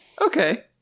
okay